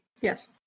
Yes